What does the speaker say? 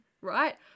right